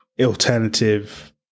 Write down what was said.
alternative